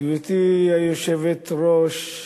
גברתי היושבת-ראש,